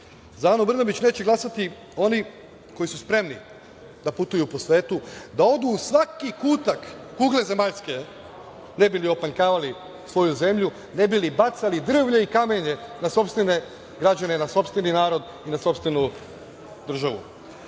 Za Anu Brnabić neće glasati oni koji su spremni da putuju po svetu, da odu u svaki kutak kugle zemaljske ne bi li opanjkavali svoju zemlju, ne bi li bacali drvlje i kamenje na sopstvene građane i na sopstveni narod i na sopstvenu državu.Za